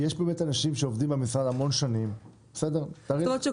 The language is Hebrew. תקופת כהונתו תהיה ארבע שנים, וניתן לשוב